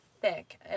thick